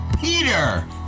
Peter